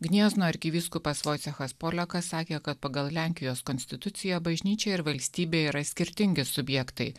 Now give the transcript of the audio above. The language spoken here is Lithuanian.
gniezno arkivyskupas vojcechas polekas sakė kad pagal lenkijos konstituciją bažnyčia ir valstybė yra skirtingi subjektai